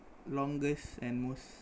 longest and most